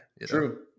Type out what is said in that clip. True